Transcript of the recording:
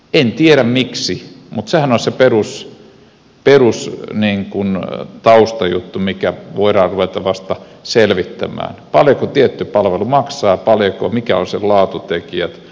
en tiedä miksi mutta sehän on se perustaustajuttu mikä voidaan ruveta vasta selvittämään paljonko tietty palvelu maksaa ja mitkä ovat sen laatutekijät